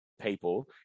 people